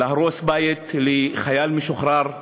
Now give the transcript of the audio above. להרוס בית לחייל משוחרר,